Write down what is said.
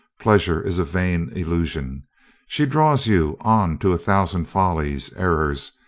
pleasure is a vain illusion she draws you on to a thousand follies, errors,